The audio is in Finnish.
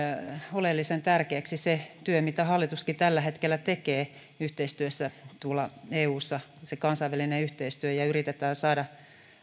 oleellisen tärkeäksi se työ mitä hallituskin tällä hetkellä tekee yhteistyössä tuolla eussa se kansainvälinen yhteistyö missä yritetään saada